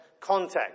context